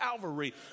Calvary